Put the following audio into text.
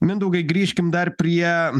mindaugai grįžkim dar prie